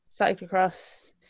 cyclocross